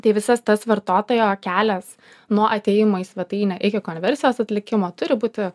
tai visas tas vartotojo kelias nuo atėjimo į svetainę iki konversijos atlikimo turi būti